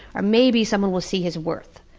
or maybe someone will see his worth.